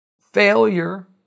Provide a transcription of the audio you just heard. failure